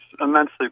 immensely